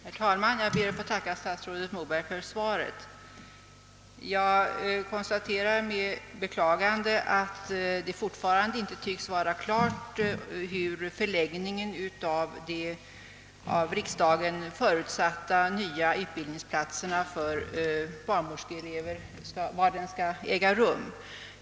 Herr talman! Jag ber att få tacka statsrådet Moberg för svaret. Jag konstaterar med beklagande ätt det fortfarande inte tycks vara klart var de av riksdagen beslutade nya utbildningsplatserna för barnmorskeelever skall förläggas.